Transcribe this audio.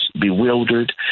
bewildered